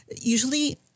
Usually